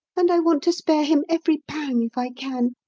and i want to spare him every pang, if i can,